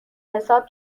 حساب